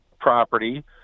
property